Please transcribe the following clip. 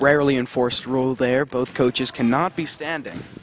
rarely enforced rule they're both coaches cannot be standing